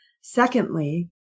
Secondly